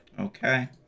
okay